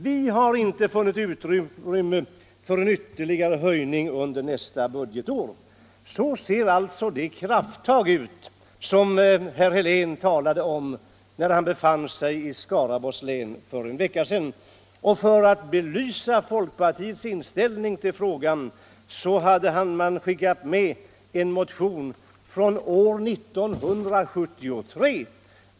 Vi har inte funnit utrymme för en ytterligare höjning under nästa budgetår.” För att belysa folkpartiets inställning till frågan hade man till damerna i Saltsjöbaden skickat med en motion från 1973.